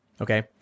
Okay